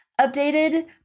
updated